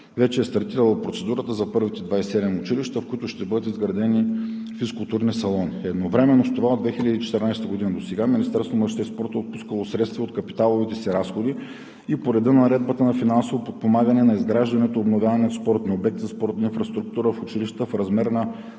Вече е стартирала процедурата за първите 27 училища, в които ще бъдат изградени физкултурни салони. Едновременно с това от 2014 г. досега Министерството на младежта и спорта е отпускало средства от капиталовите си разходи и по реда на Наредбата за финансово подпомагане за изграждането и обновяването на спортни обекти, спортна инфраструктура в училищата в размер на